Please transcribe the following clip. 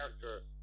character